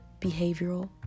behavioral